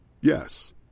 Yes